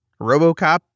Robocop